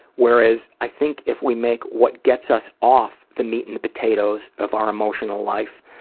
whereas i think if we make what gets us off the meat and the potatoes of our emotional life,